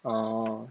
orh